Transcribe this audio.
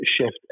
shift